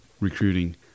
recruiting